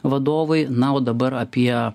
vadovui na o dabar apie